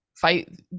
fight